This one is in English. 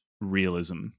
realism